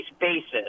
basis